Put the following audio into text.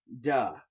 Duh